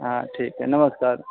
हाँ ठीक है नमस्कार